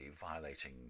violating